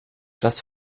das